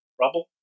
rubble